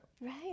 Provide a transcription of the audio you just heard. Right